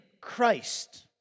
Christ